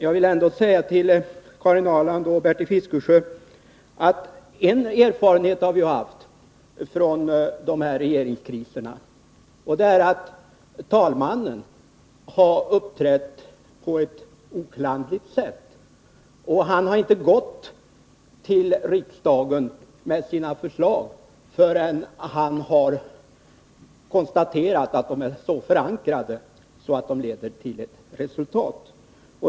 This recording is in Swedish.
Jag vill ändå säga till Karin Ahrland och Bertil Fiskesjö att en erfarenhet har vi ju haft från de här regeringskriserna, nämligen den att talmannen har uppträtt på ett oklanderligt sätt. Han har inte gått till riksdagen med sina förslag förrän han har konstaterat att de är så förankrade att de leder till ett resultat.